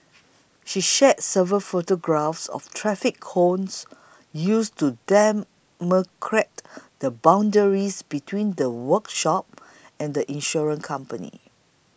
she shared several photographs of traffic cones used to demarcate the boundaries between the workshop and insurance company